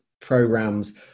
programs